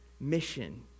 mission